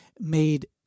made